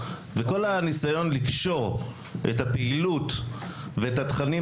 וכל הניסיון לקשור את הפעילות ואת התכנים